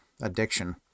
addiction